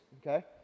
okay